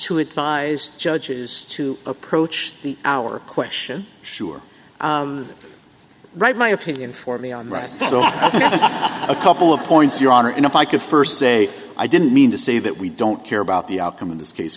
to advise judges to approach the hour question sure write my opinion for me on right ok a couple of points your honor if i could first say i didn't mean to say that we don't care about the outcome of this case